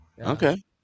Okay